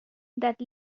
that